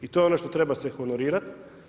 I to je ono što treba se honorirati.